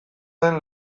den